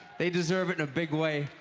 they deserve it in a big way,